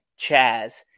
Chaz